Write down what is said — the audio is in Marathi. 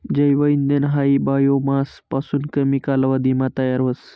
जैव इंधन हायी बायोमास पासून कमी कालावधीमा तयार व्हस